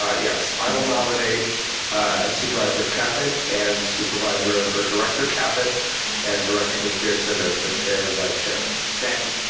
ah yes, i will nominate supervisor caput and supervisor, or director caput and director macpherson as the chair vice chair second.